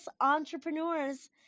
entrepreneurs